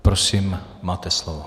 Prosím máte slovo.